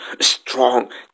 strong